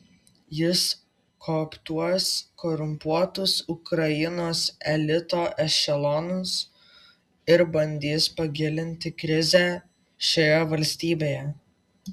jis kooptuos korumpuotus ukrainos elito ešelonus ir bandys pagilinti krizę šioje valstybėje